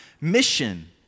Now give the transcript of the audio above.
mission